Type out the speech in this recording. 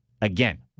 again